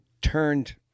turned